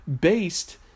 based